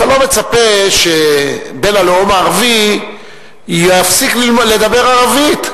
אתה לא מצפה שבן הלאום הערבי יפסיק לדבר ערבית.